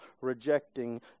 rejecting